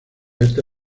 esta